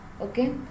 Okay